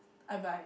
I buy